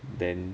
then